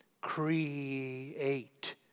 Create